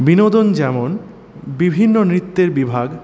বিনোদন যেমন বিভিন্ন নৃত্যের বিভাগ